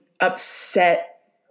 upset